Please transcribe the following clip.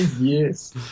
Yes